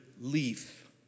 Leaf